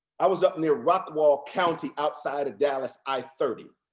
i was up near rockwall county outside of dallas i thirty.